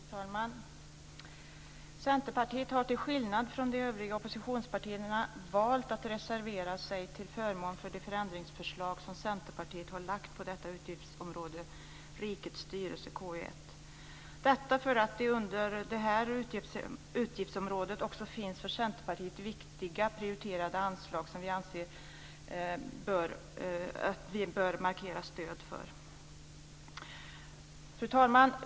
Fru talman! Centerpartiet har till skillnad från de övriga oppositionspartierna valt att reservera sig till förmån för de förändringsförslag som Centerpartiet har lagt fram på detta utgiftsområde, KU1 Rikets styrelse - detta för att det under det här utgiftsområdet också finns för Centerpartiet viktiga prioriterade anslag som vi anser att man bör markera stöd för. Fru talman!